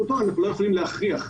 אנחנו לא יכולים להכריח אותו.